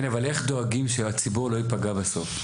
כן, אבל איך דואגים שהציבור לא יפגע בסוף?